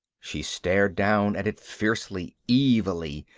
she stared down at it fiercely, evilly,